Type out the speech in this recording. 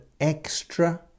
extra